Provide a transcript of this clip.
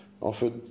offered